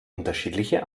unterschiedliche